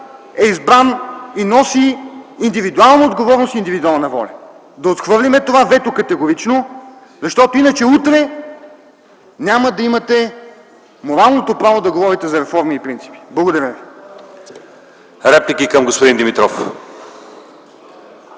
е избран и носи индивидуална отговорност и индивидуална воля, препоръчвам ви да отхвърлим това вето категорично, защото утре няма да имате моралното право да говорите за реформи и принципи. Благодаря ви.